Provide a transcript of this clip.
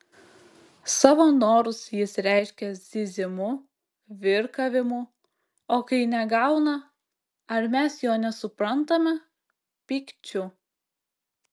savo norus jis reiškia zyzimu virkavimu o kai negauna ar mes jo nesuprantame pykčiu